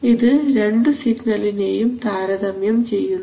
ഇത് രണ്ടു സിഗ്നലിനെയും താരതമ്യം ചെയ്യുന്നു